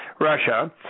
Russia